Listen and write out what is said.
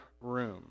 room